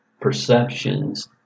perceptions